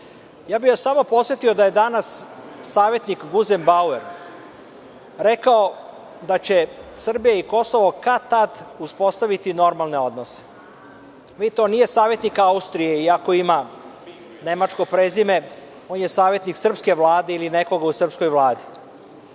bih vas da je danas savetnik Guzenbauer rekao da će Srbija i Kosovo kad tad uspostaviti normalne odnose. Vidite, on nije savetnik Austrije, iako ima nemačko prezime, on je savetnik srpske vlade ili nekoga u srpskoj vladi.